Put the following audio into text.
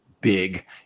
big